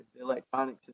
electronic